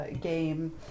game